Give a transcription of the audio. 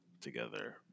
together